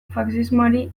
faxismoari